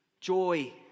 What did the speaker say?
joy